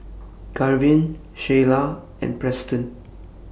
Garvin Shyla and Preston